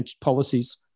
policies